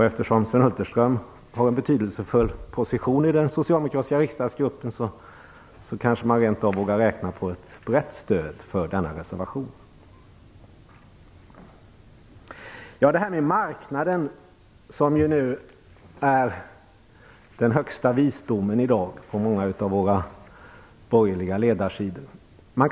Eftersom Sven Hulterström har en betydelsefull position i den socialdemokratiska riksdagsgruppen, kanske man rent av vågar räkna med ett brett stöd för denna reservation. Marknaden är i dag högsta visdom på många av de borgerliga ledarsidorna.